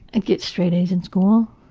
and get straight a's in school.